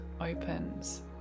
opens